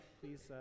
please